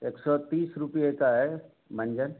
एक सौ तीस रुपये का है मंजन